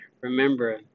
Remember